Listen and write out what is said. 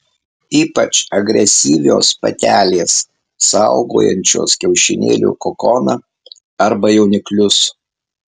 ypač agresyvios patelės saugojančios kiaušinėlių kokoną arba jauniklius